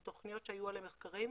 הן תוכניות שהיו עליהן מחקרים,